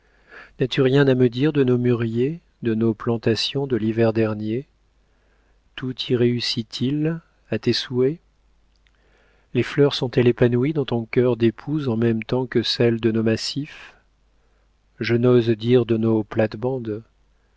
n'as-tu rien à me dire de nos mûriers de nos plantations de l'hiver dernier tout y réussit il à tes souhaits les fleurs sont-elles épanouies dans ton cœur d'épouse en même temps que celles de nos massifs je n'ose dire de nos plates-bandes